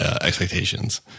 expectations